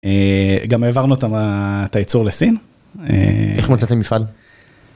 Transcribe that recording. גם העברנו את הייצור לסין, איך מצאתם מפעל?